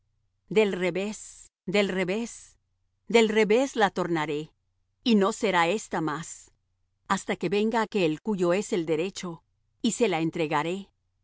del revés del revés del revés la tornaré y no será ésta más hasta que venga aquel cuyo es el derecho y se la entregaré